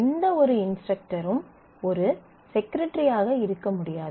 எந்தவொரு இன்ஸ்ட்ரக்டரும் ஒரு செக்ரட்ரி ஆக இருக்க முடியாது